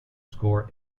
score